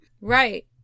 Right